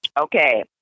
Okay